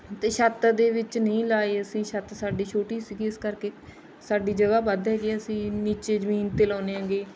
ਅਤੇ ਛੱਤ ਦੇ ਵਿੱਚ ਨਹੀਂ ਲਾਏ ਅਸੀਂ ਛੱਤ ਸਾਡੀ ਛੋਟੀ ਸੀਗੀ ਇਸ ਕਰਕੇ ਸਾਡੀ ਜਗ੍ਹਾ ਵੱਧ ਹੈਗੀ ਅਸੀਂ ਨੀਚੇ ਜ਼ਮੀਨ 'ਤੇ ਲਾਉਂਦੇ ਹੈਗੇ